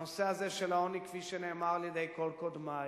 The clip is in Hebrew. הנושא הזה של העוני, כפי שנאמר על-ידי כל קודמי,